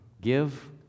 Give